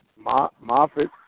Moffitt